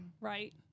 right